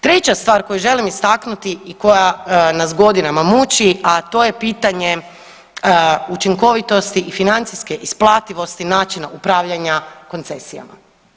Treća stvar koju želim istaknuti i koja nas godinama muči a to je pitanje učinkovitosti i financijske isplativosti načina upravljanja koncesija.